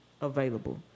available